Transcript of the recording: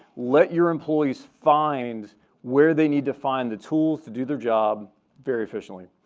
let your employees find where they need to find the tools to do the job very efficiently.